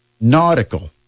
Nautical